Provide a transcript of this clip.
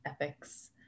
ethics